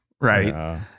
right